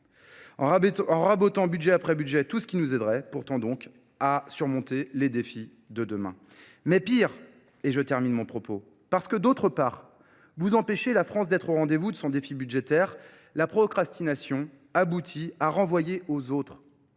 en rabotant budget après budget tout ce qui nous aiderait pourtant donc à surmonter les défis de demain. Mais pire, et je termine mon propos, parce que d'autre part vous empêchez la France d'être au rendez-vous de son défi budgétaire, la procrastination aboutit à renvoyer aux autres.